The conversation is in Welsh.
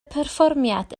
perfformiad